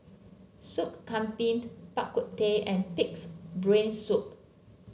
Sop Kambing Bak Kut Teh and pig's brain soup